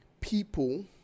people